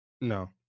No